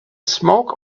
smoke